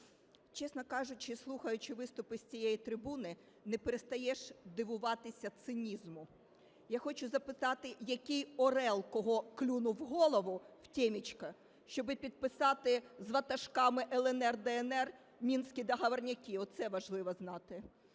чесно кажучи, слухаючи виступи з цієї трибуни, не перестаєш дивуватися цинізму. Я хочу запитати, який орел кого клюнув в голову, в тім'ячко, щоб підписати з ватажками "ЛНР", "ДНР" мінські договорняки, оце важливо знати,